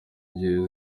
gihe